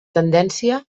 tendència